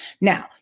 now